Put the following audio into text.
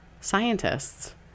scientists